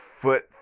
foot